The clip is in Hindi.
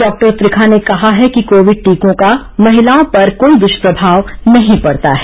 डॉक्टर त्रिखा ने कहा कि कोविड टीको का महिलाओं पर कोई दुष्प्रभाव नहीं पड़ता है